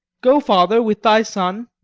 go, father, with thy son.